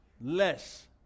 less